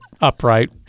upright